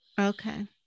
Okay